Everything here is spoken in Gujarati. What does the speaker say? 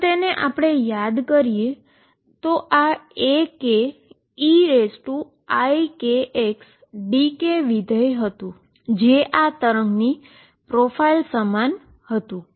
જો તેને આપણે યાદ કરીએ તો આ Akeikxdk ફંક્શન હતું જે આ તરંગની પ્રોફાઇલ સમાન હતું